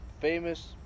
famous